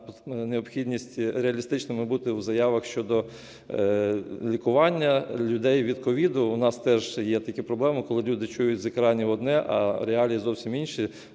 необхідність реалістичними бути в заявах щодо лікування людей від COVID. В нас теж є такі проблеми, коли люди чують з екранів одне, а реалії зовсім інші,